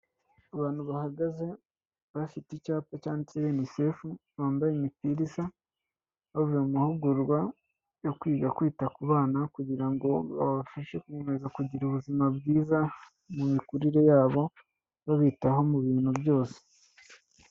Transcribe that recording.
Abantu bahagaze bafite icyapa cyanditseho Unicef, bambaye imipira isa, bavuye mu mahugurwa yo kwiga kwita ku bana kugira ngo babafashe gukomeza kugira ubuzima bwiza mu mikurire yabo, babitaho mu bintu byose.